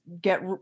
get